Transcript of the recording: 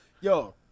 Yo